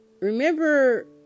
remember